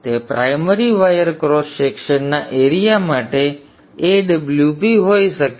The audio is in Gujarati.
તેથી તે પ્રાઇમરી વાયર ક્રોસ સેક્શનના એરીયા માટે Awp હોઈ શકે છે